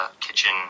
kitchen